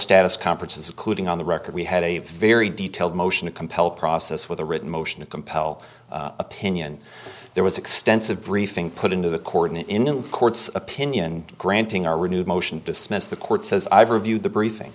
status conferences including on the record we had a very detailed motion to compel process with a written motion to compel opinion there was extensive briefing put into the court in in the court's opinion granting our renewed motion to dismiss the court says i've reviewed the briefing